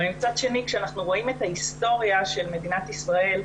אבל מצד שני כשאנחנו רואים את ההיסטוריה של מדינת ישראל,